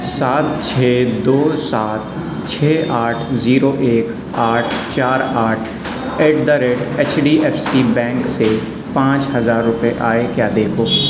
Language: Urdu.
سات چھ دو سات چھ آٹھ زیرو ایک آٹھ چار آٹھ at the rate H D F C bank سے پانچ ہزار روپے آئے کیا دیکھو